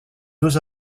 deux